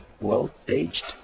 well-aged